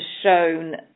shown